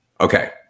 Okay